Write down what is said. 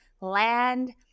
land